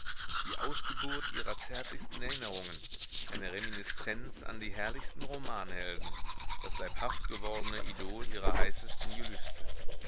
die ausgeburt ihrer zärtlichsten erinnerungen eine reminiszenz an die herrlichsten romanhelden das leibhaft gewordne idol ihrer heißesten gelüste